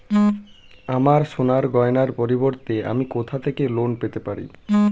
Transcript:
আমার সোনার গয়নার পরিবর্তে আমি কোথা থেকে লোন পেতে পারি?